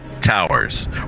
Towers